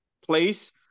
place